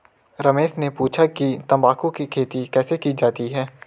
रमेश ने पूछा कि तंबाकू की खेती कैसे की जाती है?